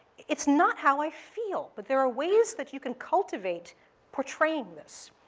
it's not how i feel, but there are ways that you can cultivate portraying this.